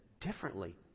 differently